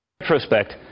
retrospect